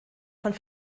von